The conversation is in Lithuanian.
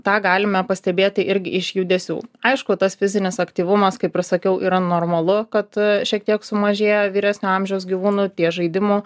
tą galime pastebėti irgi iš judesių aišku tas fizinis aktyvumas kaip ir sakiau yra normalu kad šiek tiek sumažėjo vyresnio amžiaus gyvūnų tie žaidimų